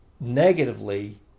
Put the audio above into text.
negatively